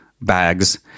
bags